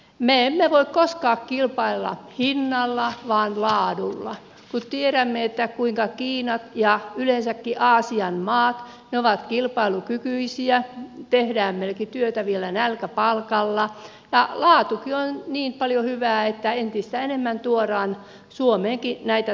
me emme voi koskaan kilpailla hinnalla vaan laadulla kun tiedämme kuinka kiina ja yleensäkin aasian maat ovat kilpailukykyisiä tehdään vielä työtä melki nälkäpalkalla ja laatukin on niin paljon hyvää että entistä enemmän tuodaan suomeenkin näitä tuotteita